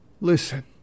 Listen